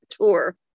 tour